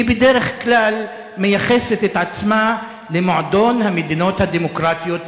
היא בדרך כלל מייחסת את עצמה למועדון המדינות הדמוקרטיות באירופה,